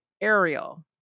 Ariel